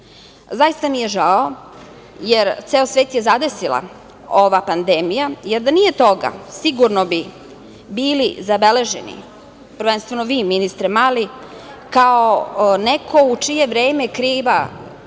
mi je žao, jer ceo svet je zadesila ova pandemija, jer da nije toga sigurno bi bili zabeleženi, prvenstveno vi ministre Mali, kao neko u čije vreme kriva BDP-a